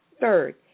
Third